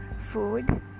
food